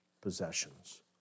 possessions